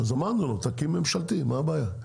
אז אמרנו לו תקים ממשלתי מה הבעיה?